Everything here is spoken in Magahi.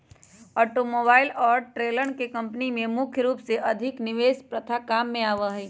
आटोमोबाइल और ट्रेलरवन के कम्पनी में मुख्य रूप से अधिक निवेश प्रथा काम में आवा हई